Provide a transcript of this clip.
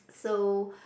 so